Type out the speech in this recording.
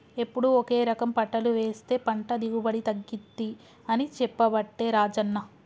ఎప్పుడు ఒకే రకం పంటలు వేస్తె పంట దిగుబడి తగ్గింది అని చెప్పబట్టే రాజన్న